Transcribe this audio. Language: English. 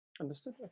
Understood